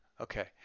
Okay